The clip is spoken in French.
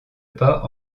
pas